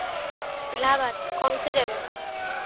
इलाहाबाद कौन सी जगह